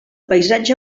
paisatge